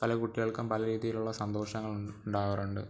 പല കുട്ടികൾക്കും പല രീതിയിലുള്ള സന്തോഷങ്ങളുണ്ടാവാറുണ്ട്